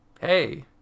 hey